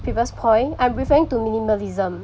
previous point I'm referring to minimalism